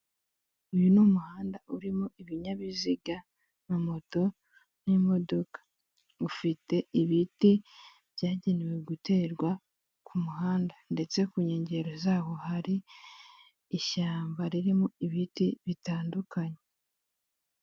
Uyu ni umuhanda urimo ibinyabiziga na moto n'imodoka. Ufite ibiti byagenewe guterwa ku muhanda ndetse ku nkengero zawo hari ishyamba ririmo ibiti bitandukanye.